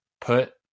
put